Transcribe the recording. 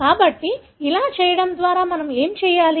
కాబట్టి ఇలా చేయడం ద్వారా మనం ఏమి చేయాలి